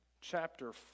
chapter